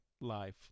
life